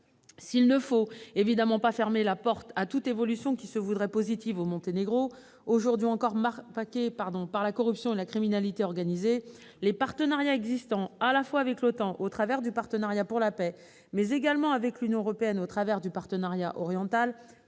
Il ne faut évidemment pas fermer la porte à toute évolution positive pour le Monténégro, marqué aujourd'hui encore par la corruption et la criminalité organisée, et les partenariats existants à la fois avec l'OTAN au travers du partenariat pour la paix et avec l'Union européenne au travers du partenariat oriental